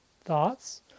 thoughts